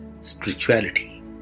spirituality